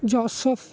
joseph